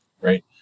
right